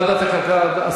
ועדת הכלכלה.